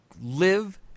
live